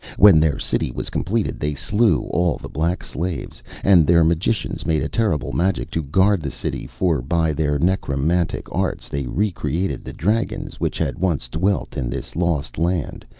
when their city was completed, they slew all the black slaves. and their magicians made a terrible magic to guard the city for by their necromantic arts they re-created the dragons which had once dwelt in this lost land,